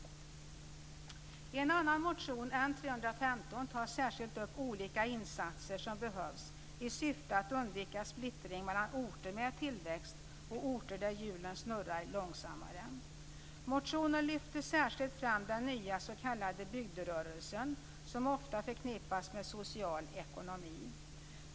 I en annan motion, N315, tas särskilt upp olika insatser som behövs i syfte att undvika splittring mellan orter med tillväxt och orter där hjulen snurrar långsammare. I motionen lyfts särskilt fram den nya s.k. bygderörelsen som ofta förknippas med social ekonomi.